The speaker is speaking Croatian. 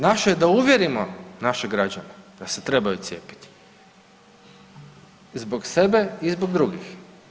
Naše je da uvjerimo naše građane da se trebaju cijepiti i zbog sebe i zbog drugih.